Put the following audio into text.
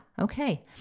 Okay